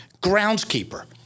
groundskeeper